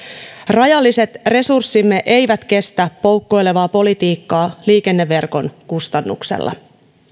rajalliset resurssimme eivät kestä poukkoilevaa politiikkaa liikenneverkon kustannuksella